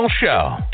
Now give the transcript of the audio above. show